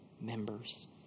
members